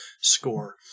score